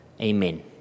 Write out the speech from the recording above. amen